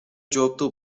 жоопту